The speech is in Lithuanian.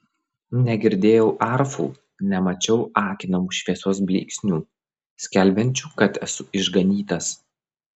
negirdėjau arfų nemačiau akinamų šviesos blyksnių skelbiančių kad esu išganytas